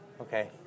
Okay